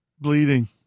bleeding